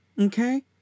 Okay